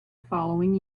following